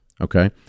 Okay